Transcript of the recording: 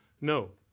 No